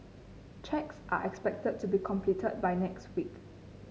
checks are expected to be completed by next week